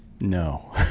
No